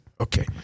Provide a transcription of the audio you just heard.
Okay